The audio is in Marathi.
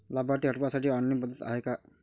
लाभार्थी हटवासाठी ऑनलाईन पद्धत हाय का?